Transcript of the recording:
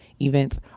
events